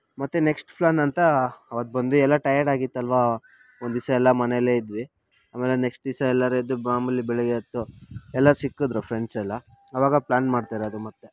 ಮತ್ತೆ next plan ಅಂತ ಆವತ್ತು ಬಂದು ಎಲ್ಲ ಟಾಯರ್ಡ್ ಆಗಿತ್ತಲ್ವಾ ಒಂದು ದಿವಸ ಎಲ್ಲ ಮನೆಯಲ್ಲೇ ಇದ್ವಿ ಆಮೇಲೆ ನೆಕ್ಸ್ಟ್ ದಿವಸ ಎಲ್ಲರ ಎದ್ದು ಮಾಮೂಲಿ ಬೆಳಗ್ಗೆ ಎದ್ದು ಎಲ್ಲ ಸಿಕ್ಕಿದ್ರು ಫ್ರೆಂಡ್ಸೆಲ್ಲ ಆವಾಗ ಪ್ಲ್ಯಾನ್ ಮಾಡ್ತಾಯಿರೋದು ಮತ್ತೆ